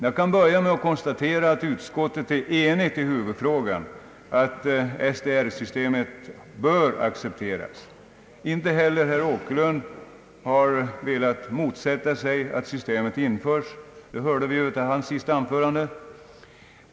Jag kan börja med att konstatera att utskottet är enigt i huvudfrågan, att SDR-systemet bör accepteras. Inte heller herr Åkerlund har velat motsätta sig att systemet införs — det hörde vi av hans senaste anförande.